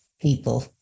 people